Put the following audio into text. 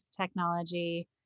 technology